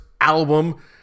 album